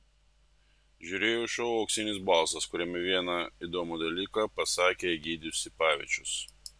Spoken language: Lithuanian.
žiūrėjau šou auksinis balsas kuriame vieną įdomų dalyką pasakė egidijus sipavičius